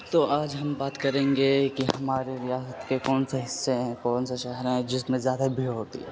تو آج ہم بات کریں گے کہ ہمارے ریاست کے کون سے حصے ہیں کون سا شہر ہیں جس میں زیادہ بھیڑ ہوتی ہے